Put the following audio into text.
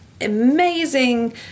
amazing